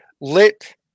lit